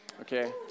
okay